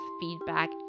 feedback